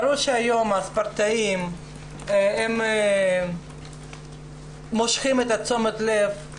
ברור שהיום הספורטאים הם מושכים את תשומת הלב,